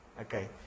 Okay